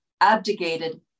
abdicated